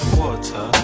water